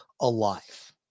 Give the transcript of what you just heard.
alive